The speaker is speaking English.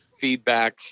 feedback